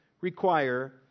require